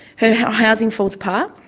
her housing falls apart,